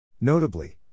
Notably